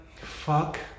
fuck